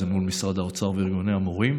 זה מול משרד האוצר וארגוני המורים.